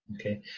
Okay